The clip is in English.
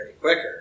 quicker